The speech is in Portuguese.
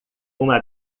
uma